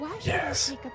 Yes